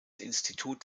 institut